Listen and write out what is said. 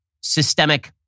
systemic